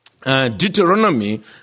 Deuteronomy